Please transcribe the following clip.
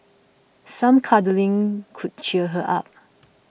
some cuddling could cheer her up